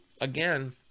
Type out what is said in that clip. again